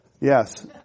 Yes